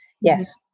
yes